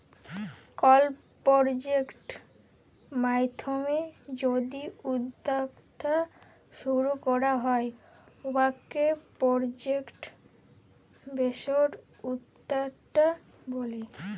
call project মাইধ্যমে যদি উদ্যক্তা শুরু ক্যরা হ্যয় উয়াকে পরজেক্ট বেসড উদ্যক্তা ব্যলে